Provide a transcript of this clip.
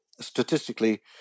statistically –